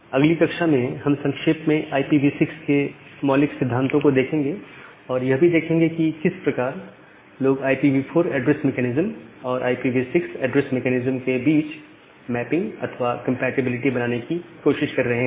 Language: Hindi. अगली कक्षा में हम संक्षेप में IPv6 के मौलिक सिद्धांतों को देखेंगे और यह भी देखेंगे कि किस प्रकार लोग IPv4 ऐड्रेसिंग मेकैनिज्म और IPv6 ऐड्रेसिंग मेकैनिज्म के बीच मैपिंग अथवा कंपैटिबिलिटी बनाने की कोशिश कर रहे हैं